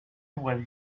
when